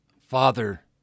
Father